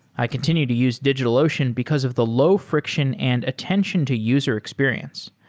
i continue to use digitalocean because of the low friction and attention to user experience.